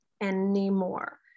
anymore